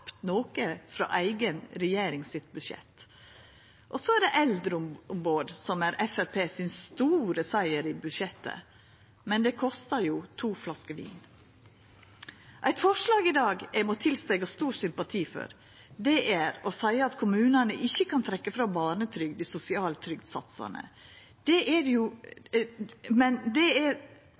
knapt noko frå budsjettet til eiga regjering. Så er det eldreombod, som er Framstegspartiets store siger i budsjettet, men det kosta jo to flasker vin. Eit forslag i dag eg må tilstå eg har stor sympati for, er å seia at kommunane ikkje kan trekkja frå barnetrygd i sosialtrygdsatsane. Men det som skjer ved eit slikt tiltak, er faktisk at ein berre senkar satsane. Det er